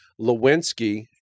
Lewinsky